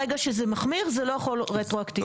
ברגע שזה מחמיר זה לא יכול להיות רטרואקטיבי.